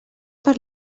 per